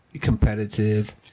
competitive